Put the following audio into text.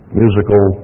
musical